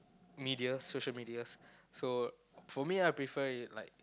medias social medias so for me I prefer like